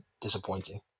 disappointing